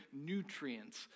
nutrients